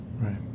Right